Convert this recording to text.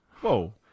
whoa